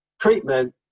treatment